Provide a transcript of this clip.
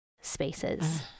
spaces